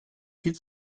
viel